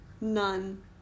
None